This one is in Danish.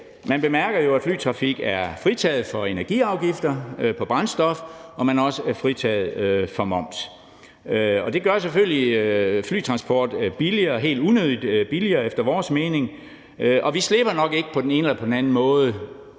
Man bemærker jo, at flytrafik er fritaget for energiafgifter på brændstof, og den er også fritaget for moms, og det gør selvfølgelig flytransport billigere, helt unødigt billigere efter vores mening. Vi slipper nok ikke – også qua de nye